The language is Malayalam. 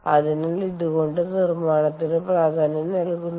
അതിനാൽ ഇതുകൊണ്ടാണ് നിർമ്മാണത്തിന് പ്രാധാന്യം നൽകുന്നത്